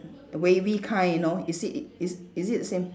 wavy kind you know is it is is it same